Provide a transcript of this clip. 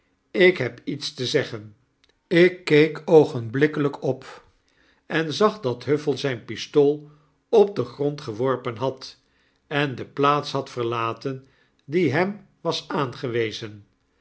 ik heb iets te zeggen ik keek oogenblikkelyk op en zag dat huffell zyn pistool op den grond geworpen had en de plaats had verlaten die hem was aangewezen